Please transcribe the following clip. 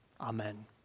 Amen